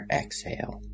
exhale